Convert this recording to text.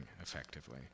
effectively